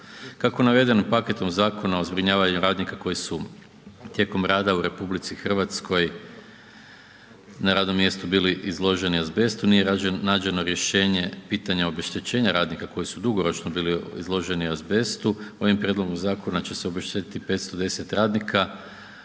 Kako navedenim paketom zakona o zbrinjavanju radnika koji su tijekom rada u RH na radnom mjestu bili izloženi azbestu nije nađeno rješenje pitanja obeštećenja radnika koji su dugoročno bili izloženi azbestu, ovim prijedlogom zakona će se obeštetiti 510 radnika